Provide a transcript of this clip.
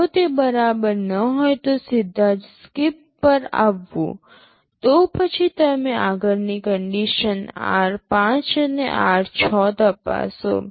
જો તે બરાબર ન હોય તો સીધા જ SKIP પર આવવું તો પછી તમે આગળની કન્ડિશન r5 અને r6 તપાસો